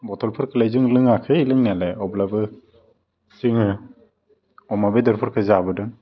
बथलफोरखोलाय जों लोङाखै लोंनायालाय अब्लाबो जोङो अमा बेदरफोरखो जाबोदों